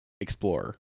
Explorer